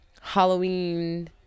Halloween